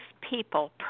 people